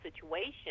situation